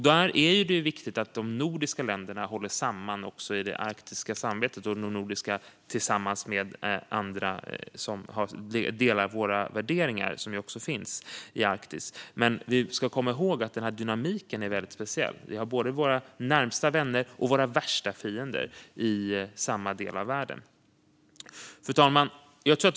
Det är viktigt att de nordiska länderna håller samman även i det arktiska samarbetet och med andra i Arktis som delar våra värderingar. Men vi ska komma ihåg att dynamiken är speciell. Vi har både våra närmaste vänner och våra värsta fiender i samma del av världen. Fru talman!